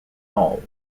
all